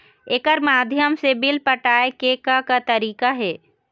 एकर माध्यम से बिल पटाए के का का तरीका हे?